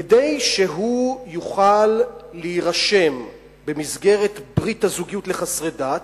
כדי שהוא יוכל להירשם במסגרת ברית הזוגיות לחסרי דת,